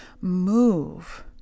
move